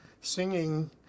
singing